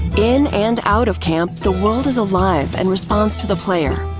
in and out of camp, the world is alive and responds to the player,